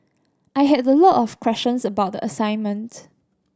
I had a lot of questions about the assignment